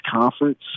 conference